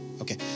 Okay